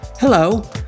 Hello